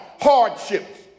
hardships